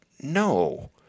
no